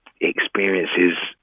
experiences